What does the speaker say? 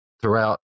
throughout